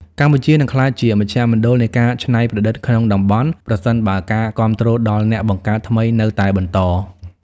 កម្ពុជានឹងក្លាយជាមជ្ឈមណ្ឌលនៃការច្នៃប្រឌិតក្នុងតំបន់ ប្រសិនបើការគាំទ្រដល់អ្នកបង្កើតថ្មីនៅតែបន្ត។